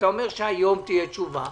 אתה אומר שהיום תהיה תשובה.